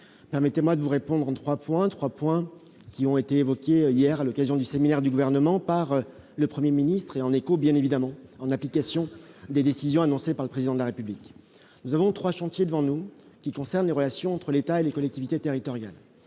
permettez-moi de vous répondre en 3 points, 3 points qui ont été évoquées hier à l'occasion du séminaire du gouvernement par le 1er ministre et en écho bien évidemment. En application des décisions annoncées par le président de la République, nous avons 3 chantiers devant nous, qui concerne les relations entre l'État et les collectivités territoriales,